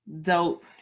dope